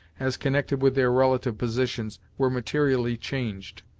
as connected with their relative positions, were materially changed.